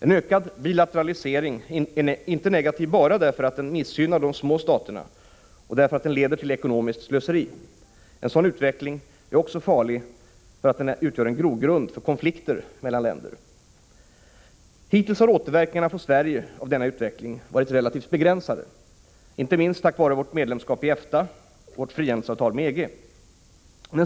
En ökad bilateralisering är negativ inte bara därför att den missgynnar de små staterna och därför att den leder till ekonomiskt slöseri. En sådan utveckling är farlig också därför att den utgör en grogrund för konflikter mellan länder. Hittills har återverkningarna på Sverige av denna utveckling varit relativt begränsade, inte minst tack vare vårt medlemskap i EFTA och vårt frihandelsavtal med EG.